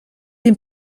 dem